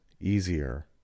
easier